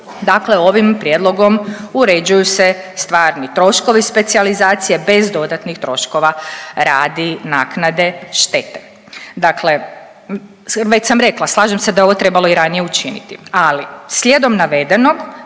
dakle ovim prijedlogom uređuju se stvarni troškovi specijalizacije bez dodatnih troškova radi naknade štete. Dakle već sam rekla slažem se da je ovo trebalo učiniti, ali slijedom navedenog